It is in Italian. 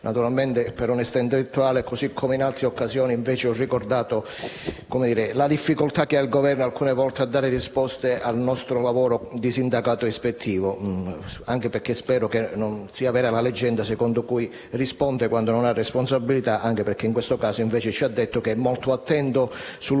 risposta, per onestà intellettuale, come in altre occasioni invece ho ricordato la difficoltà del Governo, alcune volte, a dare risposte al nostro lavoro di sindacato ispettivo. Spero che non sia vera la leggenda secondo cui risponde quando non ha responsabilità, anche perché in questo caso, invece, ha detto di essere molto attento al tema,